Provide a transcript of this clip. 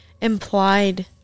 implied